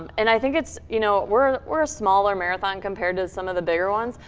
and i think it's, you know, we're we're a smaller marathon, compared to some of the bigger ones.